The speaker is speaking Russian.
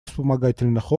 вспомогательных